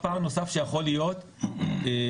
ב',